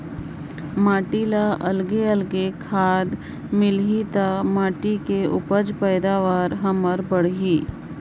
माटी ल अलगे अलगे खाद मिलही त माटी कर उपज पैदावार हमर बड़ही